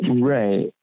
Right